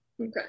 Okay